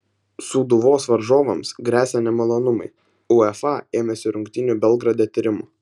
sūduvos varžovams gresia nemalonumai uefa ėmėsi rungtynių belgrade tyrimo